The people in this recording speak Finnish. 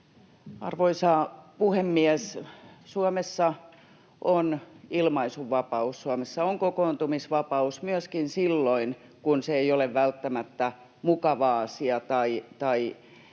Arvoisa puhemies! Suomessa on ilmaisunvapaus, ja Suomessa on kokoontumisvapaus myöskin silloin, kun se ei ole välttämättä mukava asia tai asia,